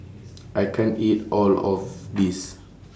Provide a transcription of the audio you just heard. I can't eat All of This